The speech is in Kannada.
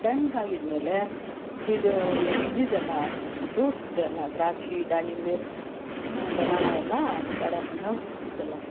ತಣ್ಣಗಾಗಿದ್ಮೇಲೆ ಇದು ಇದಿದೆಯಲ್ಲ ಫ್ರೂಟ್ಸ್ ಇದೆಯಲ್ಲ ದ್ರಾಕ್ಷಿ ದಾಳಿಂಬೆ ಬನಾನ ಎಲ್ಲ ಬಾಳೆಹಣ್ಣು ಇದೆಲ್ಲ